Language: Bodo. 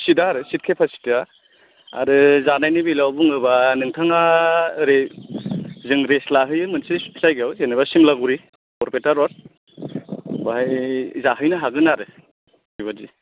सिट आ आरो सिट केपासिटि आ आरो जानायनि बेलायाव बुङोबा नोंथाङा ओरै जों रेस्ट लाहैयो मोनसे जायगायाव जेनेबा सिमलागुरि बरपेटा र'द बैहाय जाहैनो हागोन आरो बेबायदि